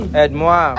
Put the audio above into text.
aide-moi